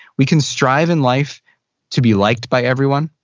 we can strive in life to be liked by everyone.